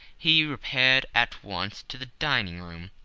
he repaired at once to the dining-room,